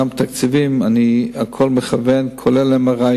גם תקציביים, את הכול אני מכוון, כולל MRI,